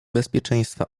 bezpieczeństwa